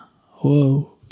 whoa